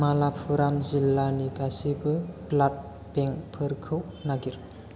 मालापुराम जिल्लानि गासिबो ब्लाड बेंकफोरखौ नागिर